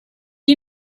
you